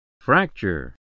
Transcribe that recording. Fracture